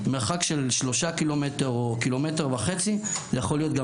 מרחק של 3 קילומטר או 1.5 קילומטר זה יכול להיות גם